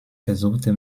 versuchte